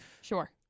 sure